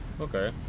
Okay